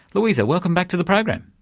luisa, welcome back to the program.